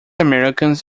americans